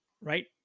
Right